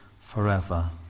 forever